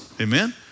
Amen